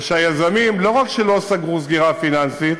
והיזמים, לא רק שלא סגרו סגירה פיננסית,